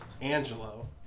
Angelo